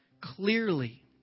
clearly